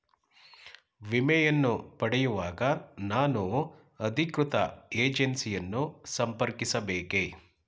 ವಿಮೆಯನ್ನು ಪಡೆಯುವಾಗ ನಾನು ಅಧಿಕೃತ ಏಜೆನ್ಸಿ ಯನ್ನು ಸಂಪರ್ಕಿಸ ಬೇಕೇ?